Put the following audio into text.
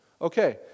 Okay